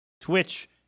Twitch